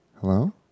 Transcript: Hello